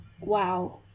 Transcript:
wow